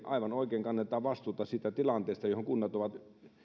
aivan oikein kannetaan vastuuta siitä tilanteesta johon kunnat ovat